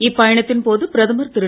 இப்பயணத்தின் போது பிரதமர் திரு